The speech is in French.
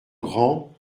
grand